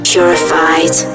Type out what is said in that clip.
Purified